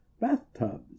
Bathtubs